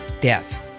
death